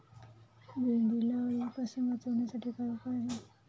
भेंडीला अळीपासून वाचवण्यासाठी काय उपाय आहे?